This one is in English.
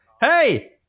Hey